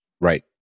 Right